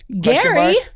Gary